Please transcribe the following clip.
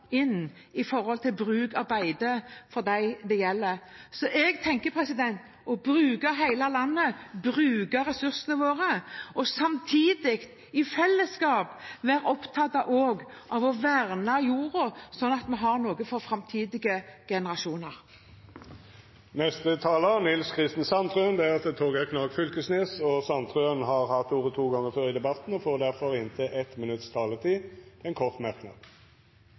inn for dem det gjelder. Jeg har tenkt å bruke hele landet, bruke ressursene våre, samtidig som vi i fellesskap er opptatt av å verne jorda, slik at vi har noe for framtidige generasjoner. Representanten Nils Kristen Sandtrøen har hatt ordet to gonger tidlegare i debatten og får ordet til ein kort merknad,